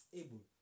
able